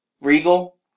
Regal